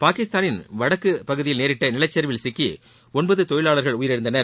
பாகிஸ்தானின் வடக்குப் பகுதியில் நேரிட்ட நிலச்சரிவில் சிக்கி ஒன்பது தொழிலாளர்கள் உயிரிழந்தனர்